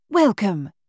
Welcome